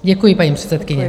Děkuji, paní předsedkyně.